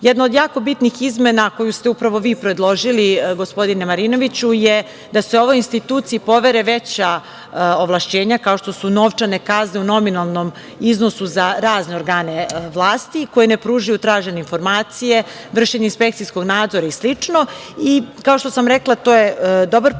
od jako bitnih izmena koju ste upravo vi predložili gospodine Marinović, jeste da se ovoj instituciji povere veća ovlašćenja kao što su novčane kazne u nominalnom iznosu za razne organe vlasti koji ne pružaju tražene informacije, vršenje inspekcijskog nadzora i slično. Kao što sam rekla to je dobar predlog